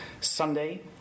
Sunday